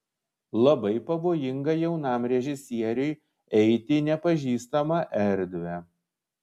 labai pavojinga jaunam režisieriui eiti į nepažįstamą erdvę